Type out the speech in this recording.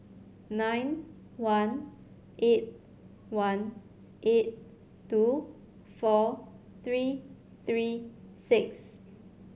nine one eight one eight two four three three six